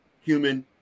human